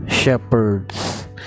Shepherds